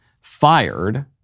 fired